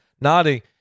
nodding